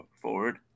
forward